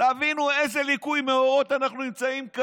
תבינו באיזה ליקוי מאורות אנחנו נמצאים.